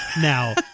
now